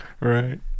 right